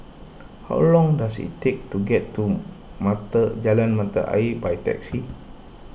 how long does it take to get to Mata Jalan Mata Ayer by taxi